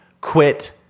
quit